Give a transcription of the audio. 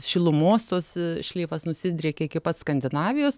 šilumos tos šleifas nusidriekė iki pat skandinavijos